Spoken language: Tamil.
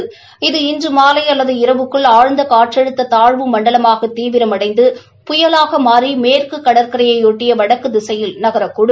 இது நாளை புயலாக வலுவளடந்து இன்று மாலை அல்லது இரவுக்குள் ஆழ்ந்த காற்றழுத்த தாழ்வு மண்டலமாக தீவிரமடைந்து புயலாக மாறி மேற்கு கடற்கரையையொட்டிய வடக்கு திசையில் நகரக்கூடும்